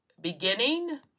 beginning